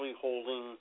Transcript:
holding